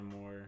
more